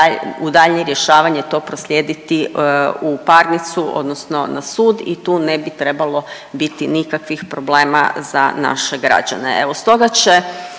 u daljnje rješavanje to proslijediti u parnicu odnosno na sud i tu ne bi trebalo biti nikakvih problema za naše građane.